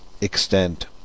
extent